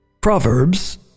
Proverbs